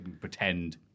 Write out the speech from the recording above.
pretend